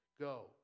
go